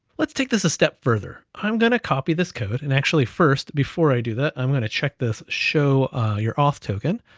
let's take this a step further. i'm gonna copy this code, and actually first before i do that, i'm gonna check this show your auth token.